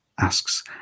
asks